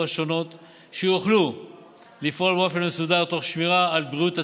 השונות כדי שיוכלו לפעול באופן מסודר תוך שמירה על בריאות הציבור.